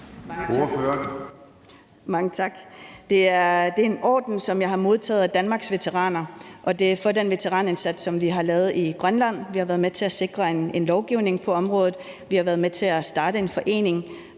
Mange tak. Det er en orden, som jeg har modtaget af Danmarks Veteraner, og det er for den veteranindsats, som vi har lavet i Grønland. Vi har været med til at sikre en lovgivning på området; vi har været med til at starte en forening